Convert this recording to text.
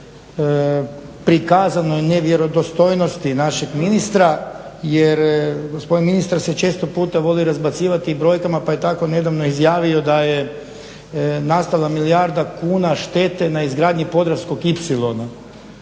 prikazanoj nevjerodostojnosti našeg ministra, jer gospodin ministar se često puta volio razbacivati brojkama pa je tako nedavno izjavio da je nastala milijarda štete na izgradnji podravskog